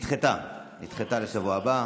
נדחתה לשבוע הבא.